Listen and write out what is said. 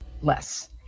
less